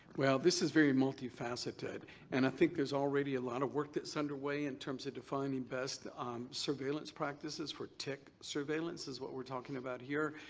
well, this is very multifaceted and i think there's already a lot of work that's underway in terms of defining best um surveillance practices for tick surveillance is what we're talking about here.